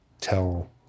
tell